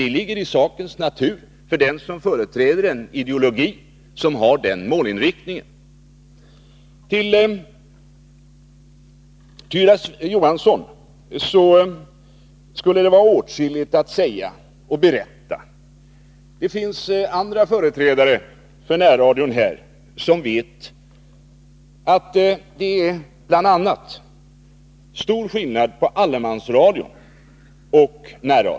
Det ligger ju i sakens natur hos den som företräder en ideologi som har den målinriktningen. För Tyra Johansson skulle det vara åtskilligt att berätta. Det finns andra företrädare för närradion här som också kan berätta att det är stor skillnad mellan allemansradion och närradion.